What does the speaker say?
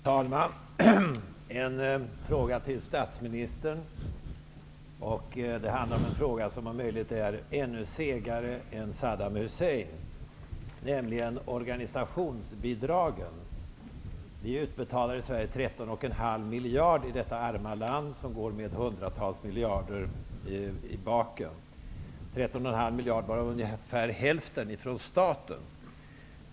Herr talman! Jag vill ställa en fråga till statsministern. Det handlar om något som om möjligt är ännu segare än Saddam Hussein, nämligen organisationsbidragen. I Sverige -- detta arma land som går back med hundratals miljarder -- utbetalas ca 13,5 miljarder, varav ungefär hälften kommer ifrån staten.